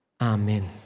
Amen